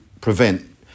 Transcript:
prevent